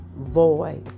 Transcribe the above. void